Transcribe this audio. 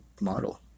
model